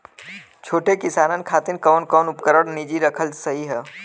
छोट किसानन खातिन कवन कवन उपकरण निजी रखल सही ह?